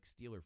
Steeler